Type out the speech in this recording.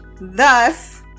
thus